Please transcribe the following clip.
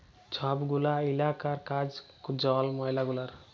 ছব গুলা ইলাকার কাজ জল, ময়লা গুলার